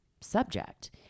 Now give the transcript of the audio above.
subject